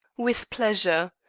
with pleasure.